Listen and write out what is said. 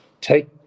take